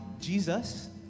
Jesus